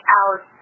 out